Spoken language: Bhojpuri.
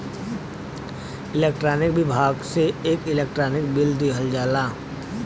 इलेक्ट्रानिक विभाग से एक इलेक्ट्रानिक बिल दिहल जाला